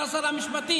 אתה שר המשפטים